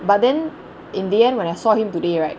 but then in the end when I saw him today right